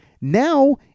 now